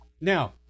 now